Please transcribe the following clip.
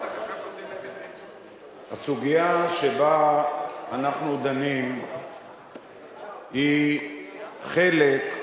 הסוגיה שבה אנחנו דנים היא חלק,